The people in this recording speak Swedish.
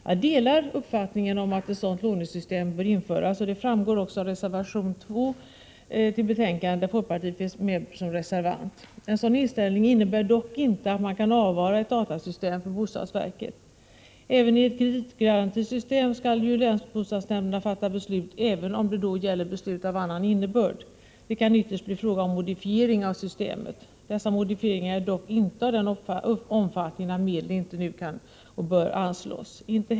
Jag delar uppfattningen att ett sådant lånesystem bör införas — det framgår också av reservation 2 till betänkandet, där folkpartiets företrädare finns med som reservant. En sådan inställning innebär dock inte att man kan avvara ett datasystem för bostadsverket. Också i ett kreditgarantisystem skall ju länsbostadsnämnderna fatta belut, även om det då gäller beslut av annan innebörd. Det kan ytterst bli fråga om modifieringar av systemet. Dessa modifieringar är dock inte av den omfattningen att medel nu inte bör anslås.